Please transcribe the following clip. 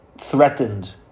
threatened